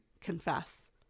confess